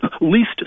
least